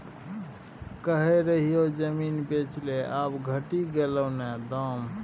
कहय रहियौ जमीन बेच ले आब घटि गेलौ न दाम